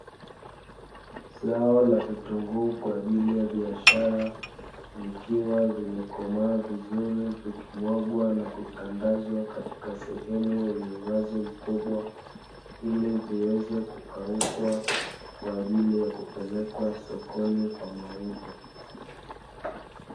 Zao la vitunguu kwaajili ya biashara, vikiwa vimekomaa vizuri vikimwagwa na kutandazwa katika sehemu yenye uwazi mkubwa, ili viweze kukaukwa kwaajili ya kupelekwa sokoni kwa mauzo.